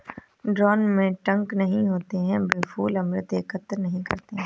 drone में डंक नहीं होते हैं, वे फूल अमृत एकत्र नहीं करते हैं